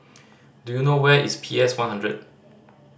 do you know where is P S One hundred